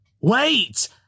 Wait